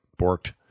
borked